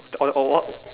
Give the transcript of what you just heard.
oh oh what